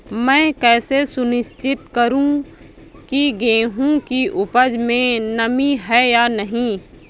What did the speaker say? मैं कैसे सुनिश्चित करूँ की गेहूँ की उपज में नमी है या नहीं?